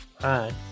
Hi